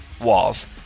walls